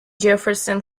jefferson